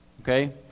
Okay